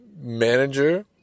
manager